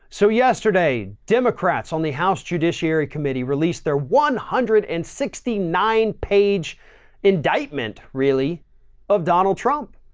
so yesterday, democrats on the house judiciary committee released their one hundred and sixty nine page indictment really of donald trump.